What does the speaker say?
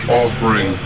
offering